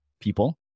people